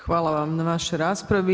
Hvala vam na vašoj raspravi.